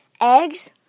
eggs